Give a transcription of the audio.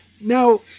Now